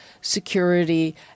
security